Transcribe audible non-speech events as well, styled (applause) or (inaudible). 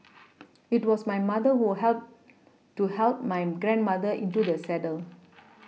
(noise) (noise) it was my mother who help to help my grandmother into the saddle (noise)